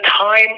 time